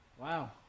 Wow